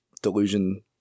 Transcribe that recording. Delusion